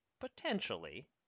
potentially